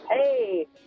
Hey